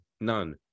None